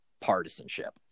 partisanship